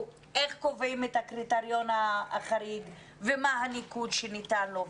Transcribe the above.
איך קובעים את הקריטריון החריג ומה הניקוד שניתן לו וכו'?